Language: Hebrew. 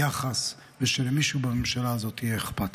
יחס ושלמישהו בממשלה הזאת יהיה אכפת.